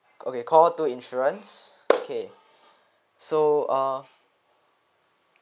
okay call two insurance okay so err